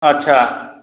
अच्छा